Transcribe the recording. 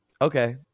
okay